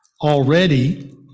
already